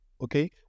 okay